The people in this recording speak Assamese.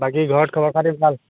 বাকী ঘৰত খবৰ খাতি ভাল